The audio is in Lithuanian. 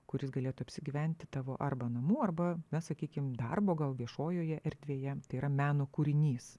kuris galėtų apsigyventi tavo arba namų arba mes sakykim darbo gal viešojoje erdvėje tai yra meno kūrinys